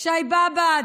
שי באב"ד,